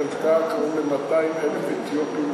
קלטה קרוב ל-200,000 אתיופים,